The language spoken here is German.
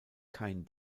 kein